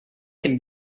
can